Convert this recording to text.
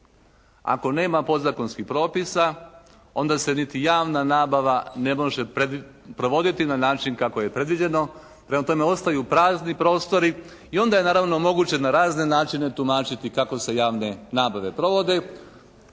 Ako nema podzakonskih propisa onda se niti javna nabava ne može provoditi na način kako je predviđeno. Prema tome ostaju prazni prostori i onda je naravno moguće na razne načine tumačiti kako se javne nabave provode.